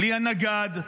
בלי הנגד,